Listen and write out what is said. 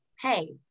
Hey